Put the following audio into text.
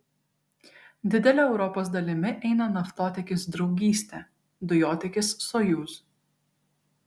didele europos dalimi eina naftotiekis draugystė dujotiekis sojuz